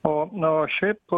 o na o šiaip